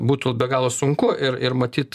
būtų be galo sunku ir ir matyt